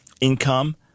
income